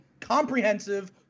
comprehensive